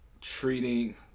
treating